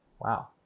wow